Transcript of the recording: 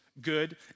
good